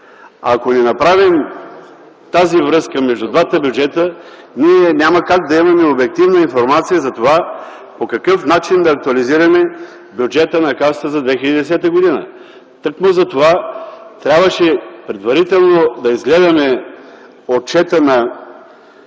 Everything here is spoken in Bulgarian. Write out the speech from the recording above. Ако не направим тази връзка между двата бюджета ние няма как да имаме обективна информация за това по какъв начин актуализираме бюджета на Касата за 2010 г. Тъкмо затова трябваше предварително да разгледаме отчета на